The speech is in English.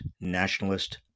nationalist